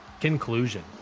Conclusion